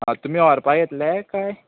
आ तुमी व्होरपा येतले काय